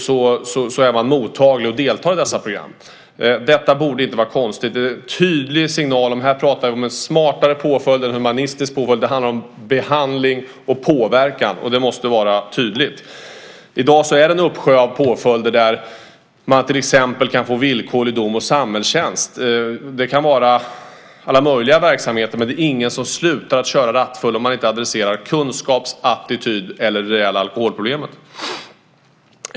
Därför är man mottaglig för att delta i dessa program. Detta borde inte vara konstigt. Det är en tydlig signal. Här pratar vi om en smartare påföljd och en humanistisk påföljd. Det handlar om behandling och påverkan, och det måste vara tydligt. I dag finns det en uppsjö av påföljder. Man kan till exempel få villkorlig dom och samhällstjänst. Det kan vara alla möjliga verksamheter, men det är ingen som slutar att köra rattfull om man inte adresserar kunskaps-, attityd eller det reella alkoholproblemet.